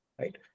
right